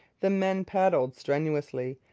the men paddled strenuously,